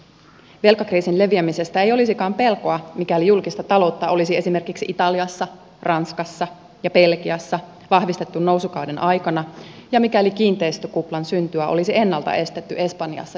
velkakriisin leviämisestä ei olisikaan pelkoa mikäli julkista taloutta olisi esimerkiksi italiassa ranskassa ja belgiassa vahvistettu nousukauden aikana ja mikäli kiinteistökuplan syntyä olisi ennalta estetty espanjassa ja irlannissa